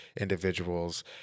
individuals